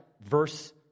verse